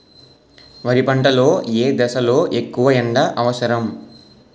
వరి పంట లో ఏ దశ లొ ఎక్కువ ఎండా అవసరం?